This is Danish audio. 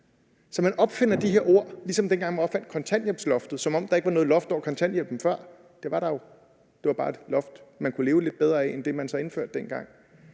Så man opfinder de her ord, ligesom dengang man opfandt kontanthjælpsloftet, som om der ikke var noget loft over kontanthjælpen før. Det var der jo, det var bare et loft, man kunne leve lidt bedre end det, man så indførte dengang.